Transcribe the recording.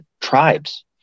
tribes